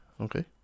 Okay